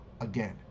again